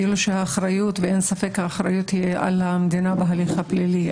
שאין ספק שהאחריות היא על המדינה בהליך הפלילי,